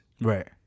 Right